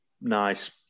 nice